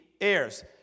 heirs